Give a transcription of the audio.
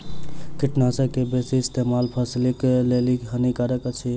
कीटनाशक के बेसी इस्तेमाल फसिलक लेल हानिकारक अछि